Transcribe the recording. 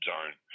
Zone